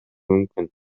мүмкүн